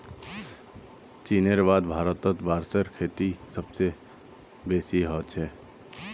चीनेर बाद भारतत बांसेर खेती सबस बेसी ह छेक